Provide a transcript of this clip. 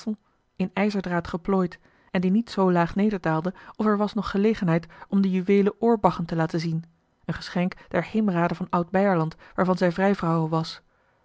in ijzerdraad geplooid en die niet zoo laag nederdaalde of er was nog gelegenheid om de juweelen oorbaggen te laten zien een geschenk der heemraden van oud beierland waarvan zij vrijvrouwe was